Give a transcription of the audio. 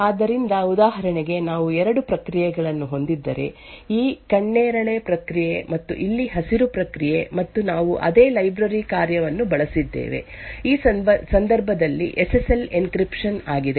ಆದ್ದರಿಂದ ಉದಾಹರಣೆಗೆ ನಾವು ಎರಡು ಪ್ರಕ್ರಿಯೆಗಳನ್ನು ಹೊಂದಿದ್ದರೆ ಈ ಕೆನ್ನೇರಳೆ ಪ್ರಕ್ರಿಯೆ ಮತ್ತು ಇಲ್ಲಿ ಹಸಿರು ಪ್ರಕ್ರಿಯೆ ಮತ್ತು ನಾವು ಅದೇ ಲೈಬ್ರರಿ ಕಾರ್ಯವನ್ನು ಬಳಸಿದ್ದೇವೆ ಈ ಸಂದರ್ಭದಲ್ಲಿ ಎಸ್ ಎಸ್ ಎಲ್ ಎನ್ಕ್ರಿಪ್ಶನ್ ಆಗಿದೆ